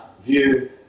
view